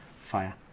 fire